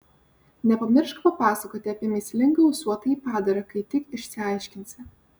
nepamiršk papasakoti apie mįslingą ūsuotąjį padarą kai tik išsiaiškinsi